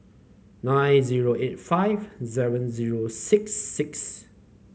nine zero eight five seven zero six six